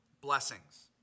blessings